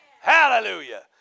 hallelujah